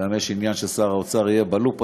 לנו יש עניין ששר האוצר יהיה בלופ הזה,